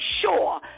sure